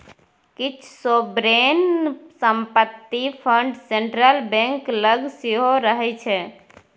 किछ सोवरेन संपत्ति fund central bank लग सेहो रहय छै